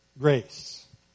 grace